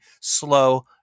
slow